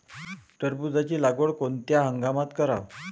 टरबूजाची लागवड कोनत्या हंगामात कराव?